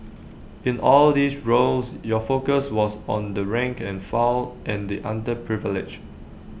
in all these roles your focus was on the rank and file and the underprivileged